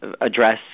Address